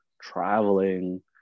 traveling